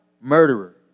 murderer